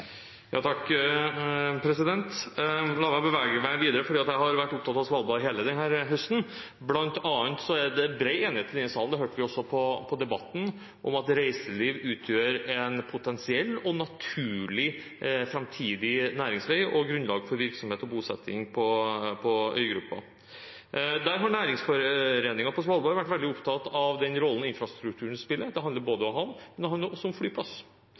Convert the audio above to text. La meg bevege meg videre. Jeg har vært opptatt av Svalbard hele denne høsten, bl.a. er det bred enighet i denne sal – det hører vi også i debatten – om at reiseliv utgjør en potensiell og naturlig framtidig næringsvei og grunnlag for virksomhet og bosetting på øygruppen. Der har næringsforeningen på Svalbard vært veldig opptatt av den rollen infrastrukturen spiller. Det handler om havn, men også om flyplass.